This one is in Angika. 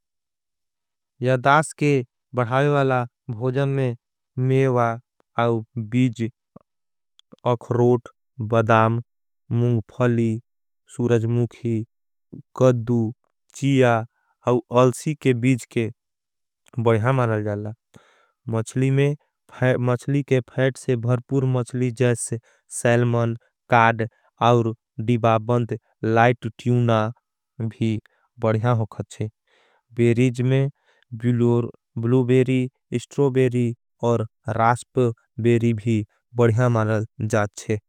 यदास के बढ़ावेवाला भोजन में मेवा और बीज। अखरोट, बदाम, मुखफली, सुरजमुखी, कद्दू। चीया और अलसी के बीज के बढ़िया माला जाला मचली। में मचली के फैट से भर्पूर मचली जैसे सैलमन काड। और डिबा बंद लाइट ट्यूना भी बढ़िया होगा छे बेरीज में। ब्लूबेरी स्ट्रोबेरी और रास्प बेरी भी बढ़िया माला जाला।